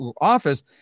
office